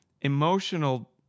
emotional